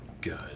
good